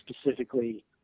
specifically